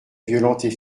violentes